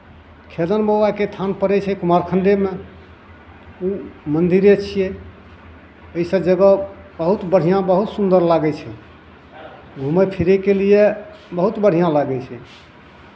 खेदन बाबाके थान पड़ै छै कुमारखण्डेमे मन्दिरे छियै ओहिसभ जगह बहुत बढ़िआँ बहुत सुन्दर लागै छै घूमय फिरयके लिए बहुत बढ़िआँ लागै छै